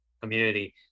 community